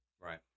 Right